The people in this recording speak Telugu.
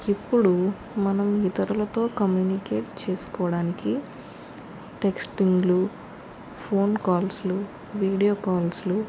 ఇప్పుడు మనం ఇతరులతో కమ్యూనికేట్ చేసుకోవడానికి టెక్సటింగ్లు ఫోన్ కాల్స్లు వీడియో కాల్స్లు